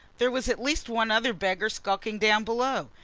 there was at least one other beggar skulking down below.